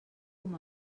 com